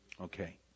Okay